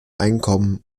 einkommen